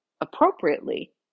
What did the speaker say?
appropriately